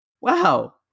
Wow